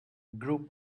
group